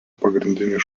pagrindiniu